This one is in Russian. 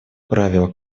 правило